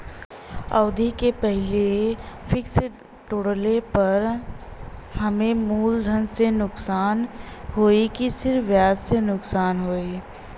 अवधि के पहिले फिक्स तोड़ले पर हम्मे मुलधन से नुकसान होयी की सिर्फ ब्याज से नुकसान होयी?